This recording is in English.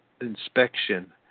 inspection